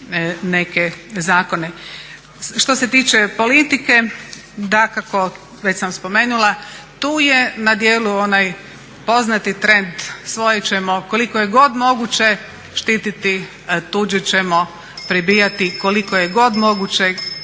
neke zakone. Što se tiče politike, dakako već sam spomenula tu je na djelu onaj poznati trend svoje ćemo koliko je god moguće štititi, tuđe ćemo pribijati koliko je god moguće,